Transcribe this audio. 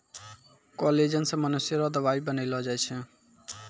collagen से मनुष्य रो दवाई बनैलो जाय छै